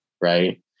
right